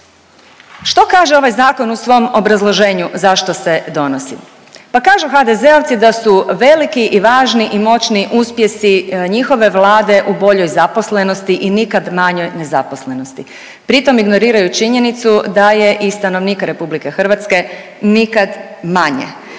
Što kaže ovaj zakon u svom obrazloženju zašto se donosi. Pa kažu HDZ-ovci da su veliki i važni i moćni uspjesi njihove Vlade u boljoj zaposlenosti i nikad manjoj nezaposlenosti. Pri tom ignoriraju činjenicu da je i stanovnika RH nikad manje